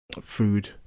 food